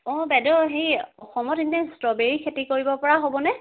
অ' বাইদেউ হেৰি অসমত এনে ষ্ট্ৰবেৰী খেতি কৰিব পৰা হ'বনে